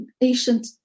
ancient